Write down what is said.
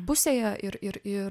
pusėje ir ir ir